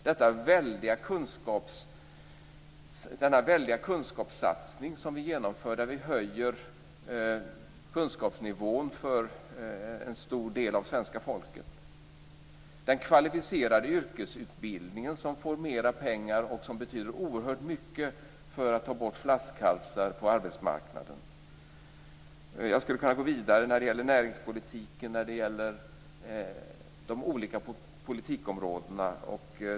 Denna väldiga kunskapssatsning som vi genomför när vi höjer kunskapsnivån för en stor del av svenska folket; den kvalificerade yrkesutbildningen som får mera pengar och som betyder oerhört mycket för att ta bort flaskhalsar på arbetsmarknaden. Jag skulle kunna gå vidare när det gäller näringspolitiken och de olika politikområdena.